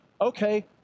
Okay